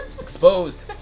Exposed